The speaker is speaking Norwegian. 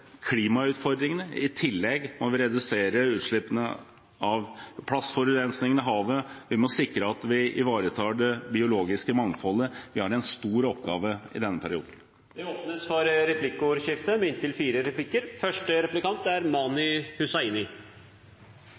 klimautfordringene. I tillegg må vi redusere utslippene av plastforurensningen i havet, og vi må sikre at vi ivaretar det biologiske mangfoldet – vi har en stor oppgave i denne perioden. Det blir replikkordskifte. Bærebjelken for velferdsstaten vår er